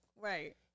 Right